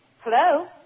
Hello